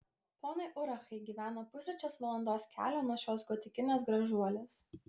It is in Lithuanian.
ponai urachai gyvena pustrečios valandos kelio nuo šios gotikinės gražuolės